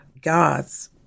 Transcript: God's